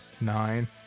nine